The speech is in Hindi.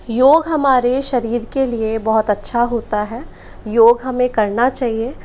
योग हमारे शरीर के लिए बहुत अच्छा होता है योग हमें करना चाहिए योग